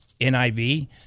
niv